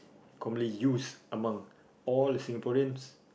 commonly used among all the Singaporeans